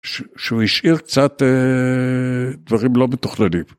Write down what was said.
שהוא השאיר קצת דברים לא מתוכננים.